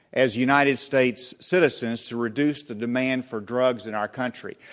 as united states citizens to reduce the demand for drugs in our country.